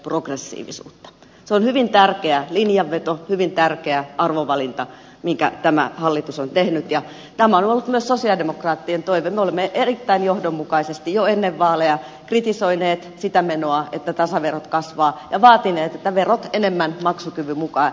se on hyvin tärkeä linjanveto hyvin tärkeä arvovalinta jonka tämä hallitus on tehnyt ja tämä on ollut myös sosialidemokraattien toive me olemme erittäin johdonmukaisesti jo ennen vaaleja kritisoineet sitä menoa että tasaverot kasvavat ja vaatineet että verot enemmän maksukyvyn mukaan